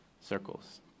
Circles